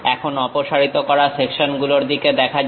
এখন অপসারিত করা সেকশনগুলোর দিকে দেখা যাক